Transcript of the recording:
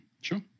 Sure